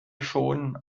schonen